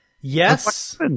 Yes